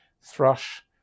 thrush